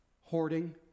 hoarding